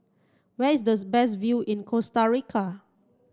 where is thus best view in Costa Rica